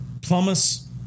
Plumas